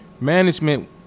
management